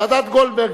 ועדת-גולדברג,